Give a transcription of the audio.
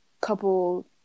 couple